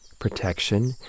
protection